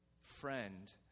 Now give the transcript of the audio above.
Friend